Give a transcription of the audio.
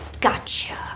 Gotcha